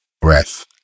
breath